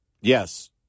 Yes